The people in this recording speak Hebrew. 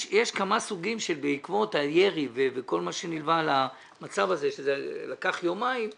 יש כמה סוגים שבעקבות הירי וכל מה שנלווה למצב הזה שארך יומיים,